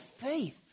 faith